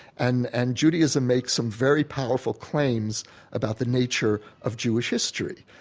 and and judaism makes some very powerful claims about the nature of jewish history.